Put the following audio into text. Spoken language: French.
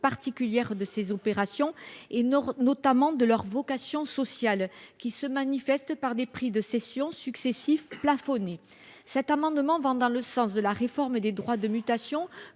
particulières de ces opérations et notamment de leur vocation sociale, qui se manifeste par des prix de cession successifs plafonnés. Cette disposition va dans le sens de la réforme des droits de mutation